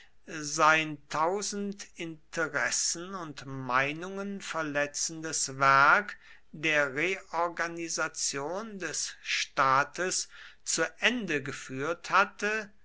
sein tausend interessen und meinungen verletzendes werk der reorganisation des staates zu ende geführt hatte